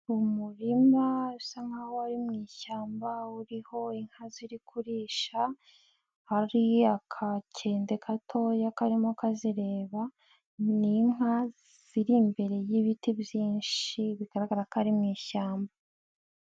Umurima bisa nkaho wari mu ishyamba uriho inka ziri kurisha hari akakende gatoya karimo kazireba, ni inka ziri imbere y'ibiti byinshi bigaragara ko ari mu ishyamba.